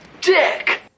dick